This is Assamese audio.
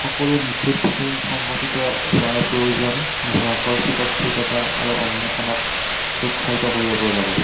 সকলো নিখুঁটভাৱে সংগঠিত হোৱাৰ প্ৰয়োজন নোহোৱাকৈ স্বতঃস্ফূৰ্ততা আৰু অন্বেষণক উৎসাহিত কৰিব পৰা যাব